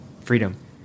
Freedom